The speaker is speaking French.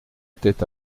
était